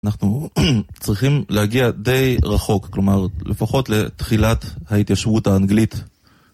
אנחנו צריכים להגיע די רחוק, כלומר לפחות לתחילת ההתיישבות האנגלית.